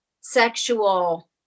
sexual